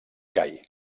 gai